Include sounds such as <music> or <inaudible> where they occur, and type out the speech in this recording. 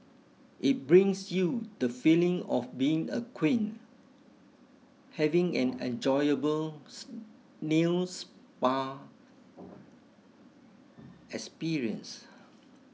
it brings you the feeling of being a queen having an enjoyable <unintelligible> nail spa experience